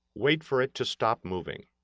wait for it to stop moving.